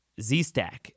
ZStack